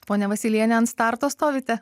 ponia vasyliene ant starto stovite